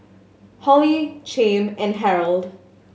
Holly Chaim and Harrold